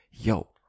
yo